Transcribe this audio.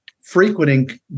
frequenting